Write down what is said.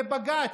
לבג"ץ,